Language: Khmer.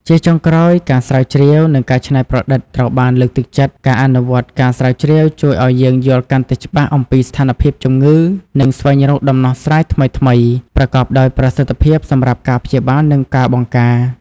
ជាចុងក្រោយ ការស្រាវជ្រាវ និងការច្នៃប្រឌិត ត្រូវបានលើកទឹកចិត្ត ការអនុវត្តការស្រាវជ្រាវជួយឱ្យយើងយល់កាន់តែច្បាស់អំពីស្ថានភាពជំងឺ និងស្វែងរកដំណោះស្រាយថ្មីៗ ប្រកបដោយប្រសិទ្ធភាពសម្រាប់ការព្យាបាល និងការបង្ការ។